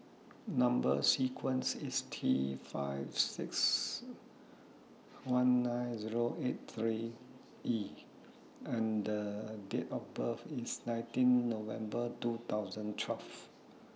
Number sequence IS T five six one nine Zero eight three E and Date of birth IS nineteen November twenty twelve